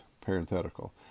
parenthetical